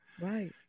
Right